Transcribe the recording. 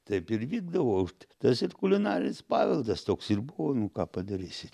taip ir vykdavo užt tas ir kulinarinis paveldas toks ir buvo nu ką padarysi